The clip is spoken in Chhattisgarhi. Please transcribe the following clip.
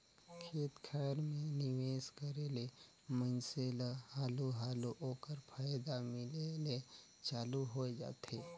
खेत खाएर में निवेस करे ले मइनसे ल हालु हालु ओकर फयदा मिले ले चालू होए जाथे